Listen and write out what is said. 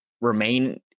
remain